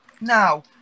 Now